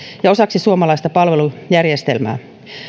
ja osaksi suomalaista palvelujärjestelmää